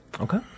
Okay